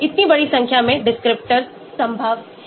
इतनी बड़ी संख्या में descriptors संभव हैं